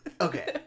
Okay